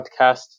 podcast